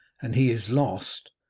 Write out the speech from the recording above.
and he is lost,